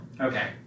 okay